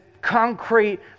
concrete